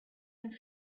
and